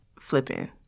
flipping